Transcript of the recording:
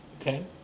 Okay